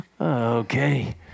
Okay